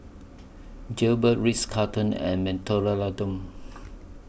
Jaybird Ritz Carlton and Mentholatum